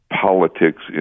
politics